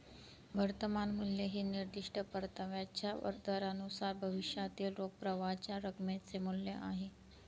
वर्तमान मूल्य हे निर्दिष्ट परताव्याच्या दरानुसार भविष्यातील रोख प्रवाहाच्या रकमेचे मूल्य आहे